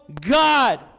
God